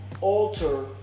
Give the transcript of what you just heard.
alter